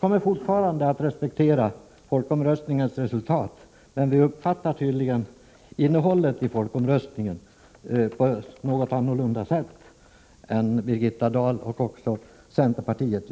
kommer att även fortsättningsvis respektera folkomröstningsresultatet, men vi uppfattar tydligen innehållet i folkomröstningen annorlunda än Birgitta Dahl och även centerpartiet.